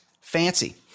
Fancy